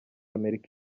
amerika